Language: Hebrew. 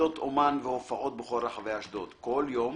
כתות אמן והופעות בכל רחבי אשדוד, כל יום,